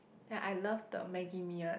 then I love the Maggi Mee one